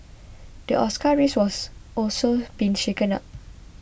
the Oscar race was also been shaken up